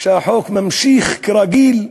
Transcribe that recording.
שהחוק ממשיך כרגיל,